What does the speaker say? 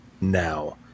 now